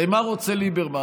הרי מה רוצה ליברמן?